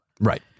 Right